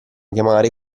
chiamare